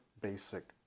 basic